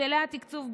הבדלי התקצוב,